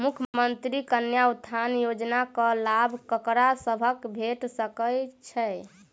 मुख्यमंत्री कन्या उत्थान योजना कऽ लाभ ककरा सभक भेट सकय छई?